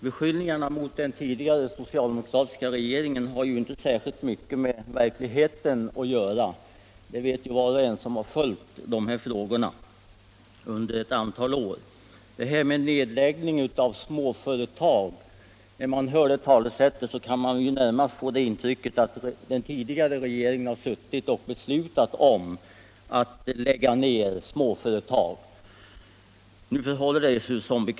Beskyllningarna mot den tidigare socialdemokratiska regeringen har inte särskilt mycket med verkligheten att göra, det vet var och en som har följt dessa frågor under ett antal år. När man hör talet om nedläggning av småföretag får man närmast intrycket att den tidigare regeringen har suttit och beslutat att lägga ner småföretag. Som bekant förhåller det sig inte så.